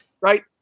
right